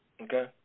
Okay